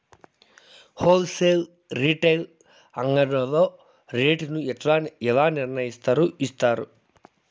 Whole sale retail అంగడ్లలో rate ను ఎలా నిర్ణయిస్తారు యిస్తారు?